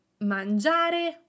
Mangiare